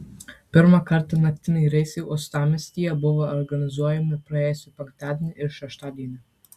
pirmą kartą naktiniai reisai uostamiestyje buvo organizuojami praėjusį penktadienį ir šeštadienį